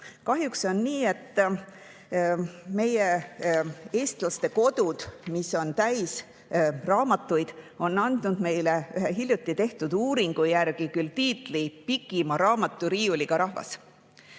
Kahjuks on nii, et meie, eestlaste kodud, mis on täis raamatuid, on andnud meile ühe hiljuti tehtud uuringu järgi tiitli "Pikima raamaturiiuliga rahvas".